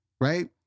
right